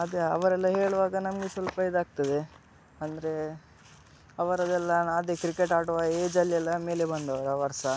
ಅದೆ ಅವರೆಲ್ಲ ಹೇಳುವಾಗ ನಮಗೆ ಸ್ವಲ್ಪ ಇದಾಗ್ತದೆ ಅಂದರೆ ಅವರದ್ದೆಲ್ಲ ಅದೆ ಕ್ರಿಕೆಟ್ ಆಡುವ ಏಜ್ ಅಲ್ಲಿ ಎಲ್ಲ ಮೇಲೆ ಬಂದವರು ಅವರು ಸಹ